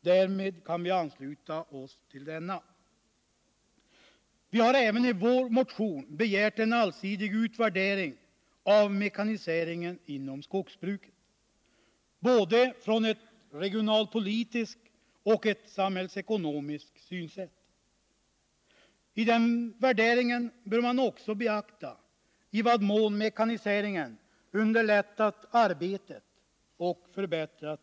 Därmed kan vi ansluta oss till denna. Vi begär även i vår motion en allsidig regionalpolitisk och samhällsekonomisk utvärdering av mekaniseringen inom skogsbruket. I-den värderingen bör man också beakta i vad mån mekaniseringen underlättat arbetet och förbättrat